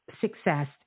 success